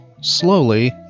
slowly